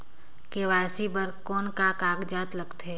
KYC बर कौन का कागजात लगथे?